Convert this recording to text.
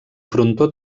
frontó